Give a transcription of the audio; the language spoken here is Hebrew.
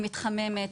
היא מתחממת,